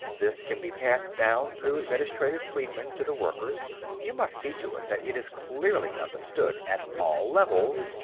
this can be passed down through administrative freedmen to the workers you must see to it that it is clearly understood, at all levels,